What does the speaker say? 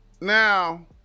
Now